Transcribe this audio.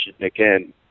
again